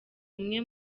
umwe